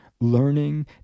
learning